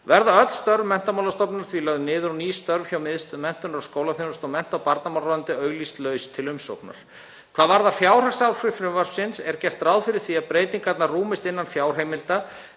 Verða öll störf hjá Menntamálastofnun því lögð niður og ný störf hjá Miðstöð menntunar og skólaþjónustu og mennta- og barnamálaráðuneyti auglýst laus til umsóknar. Hvað varðar fjárhagsáhrif frumvarpsins er gert ráð fyrir því að breytingarnar rúmist innan fjárheimilda